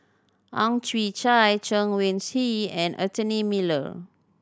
Ang Chwee Chai Chen Wen Hsi and Anthony Miller